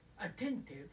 attentive